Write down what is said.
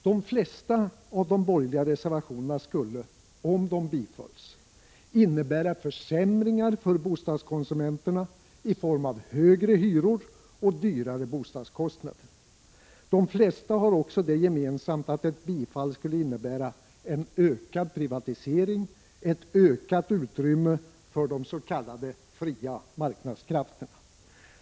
De flesta av de borgerliga reservationerna skulle, om de bifölls, innebära försämringar för bostadskonsumenterna i form av högre hyror och bostadskostnader. De flesta har också det gemensamt att ett bifall skulle innebära en ökad privatisering, ett ökat utrymme för de s.k. fria marknadskrafterna.